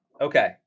Okay